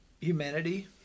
Humanity